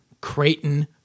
Creighton